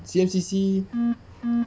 C_F_C_C